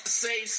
say